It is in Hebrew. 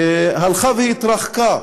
הלכה והתרחקה